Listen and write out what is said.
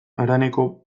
haraneko